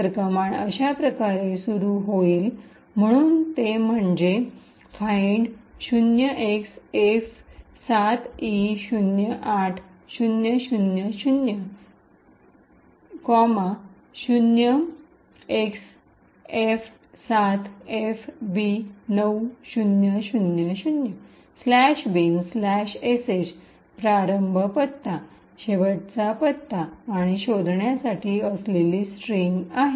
तर कमांड अशाप्रकारे सुरू होईल म्हणून ते म्हणजे gdbfind 0xF7E08000 0xF7FB9000 " bin sh" प्रारंभ पत्ता शेवटचा पत्ता आणि शोधण्यासाठी असलेली स्ट्रिंग आहे